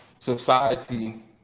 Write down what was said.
society